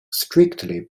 strictly